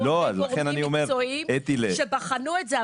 היו הרבה גורמים מקצועיים שבחנו את זה,